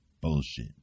Bullshit